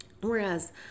Whereas